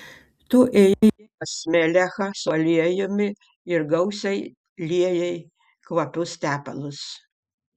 tu ėjai pas melechą su aliejumi ir gausiai liejai kvapius tepalus